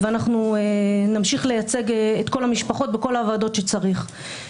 ואנחנו נמשיך לייצג את כל המשפחות בכל הוועדות שצריך.